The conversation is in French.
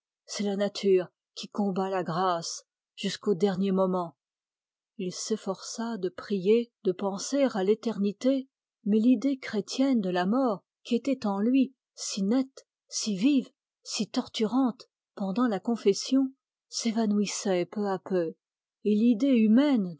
c'est la nature qui combat la grâce jusqu'au dernier moment il s'efforça de prier de penser à l'éternité mais l'idée chrétienne de la mort qui était en lui si nette si vive si torturante pendant la confession s'évanouissait peu à peu et l'idée humaine